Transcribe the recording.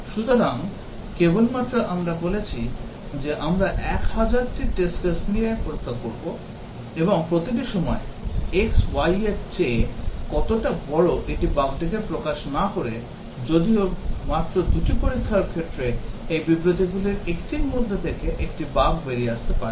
সুতরাং কেবলমাত্র আমরা বলেছি যে আমরা 1000 টি test case নিয়ে পরীক্ষা করেছি এবং প্রতিটি সময় x y এর চেয়ে বড় এটা বাগটিকে প্রকাশ করে না যদিও মাত্র দুটি পরীক্ষার ক্ষেত্রে এই বিবৃতিগুলির একটির মধ্যে থেকে একটি বাগ বেরিয়ে আসতে পারে